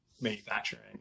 manufacturing